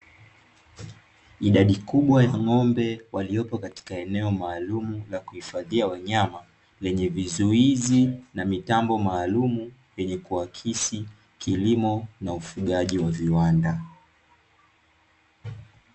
Idadi kubwa ya ng’ombe waliopo katika eneo maalumu la kuhifadhia wanyama, lenye vizuizi na mitambo maalumu yenye kuakisi kilimo na ufugaji wa viwanda.